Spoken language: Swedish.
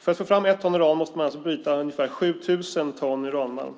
För att få fram 1 ton uran måste man alltså bryta ungefär 7 000 ton uranmalm.